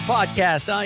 Podcast